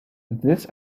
this